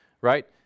right